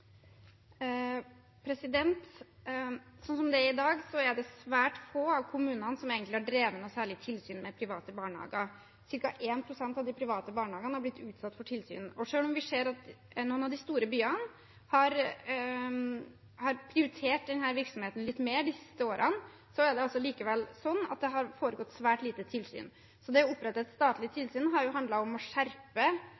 det er i dag, er det svært få av kommunene som har drevet noe særlig tilsyn med private barnehager. Cirka 1 pst. av de private barnehagene har blitt utsatt for tilsyn. Og selv om vi ser at noen av de store byene har prioritert denne virksomheten litt mer de siste årene, har det likevel foregått svært lite tilsyn. Så det å opprette et statlig